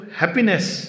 happiness